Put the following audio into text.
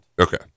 Okay